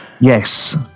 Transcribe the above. yes